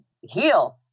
heal